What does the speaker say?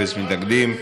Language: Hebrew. אפס מתנגדים.